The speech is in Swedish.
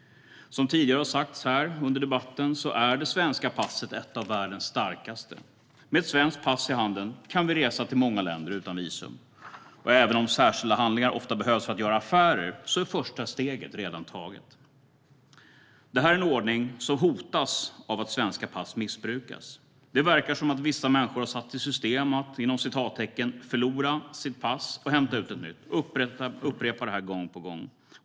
Som har sagts tidigare under debatten är det svenska passet ett av världens starkaste. Med ett svenskt pass i handen kan vi resa till många länder utan visum. Även om särskilda handlingar ofta behövs för att göra affärer är första steget redan taget. Detta är en ordning som hotas av att svenska pass missbrukas. Det verkar som att vissa människor har satt i system att "förlora" sitt pass och hämta ut ett nytt och upprepar detta gång på gång.